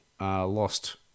lost